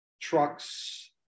trucks